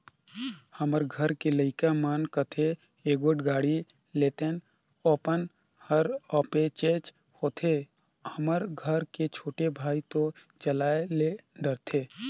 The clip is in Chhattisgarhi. हमर घर के लइका मन कथें एगोट गाड़ी लेतेन अपन हर अपनेच होथे हमर घर के छोटे भाई तो चलाये ले डरथे